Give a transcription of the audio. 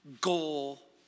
goal